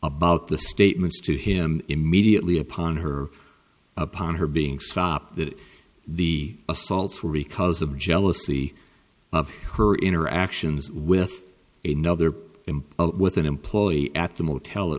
about the statements to him immediately upon her upon her being stopped that the assaults were because of jealousy of her interactions with a nother imp with an employee at the motel